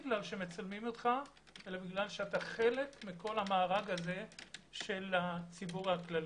כי מצלמים אותך אלא כי אתה חלק מכל המארג הזה של הציבור הכללי.